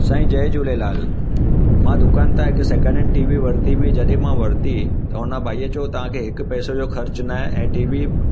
साईं जय झूलेलाल मां दुकान ता हिकु सेकेंड हैंड टीवी वरती हुई जॾंहि मां वरती त हुन भई चओ तव्हांखे हिकु पैसे जो ख़र्च न आहे ऐं टीवी